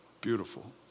Beautiful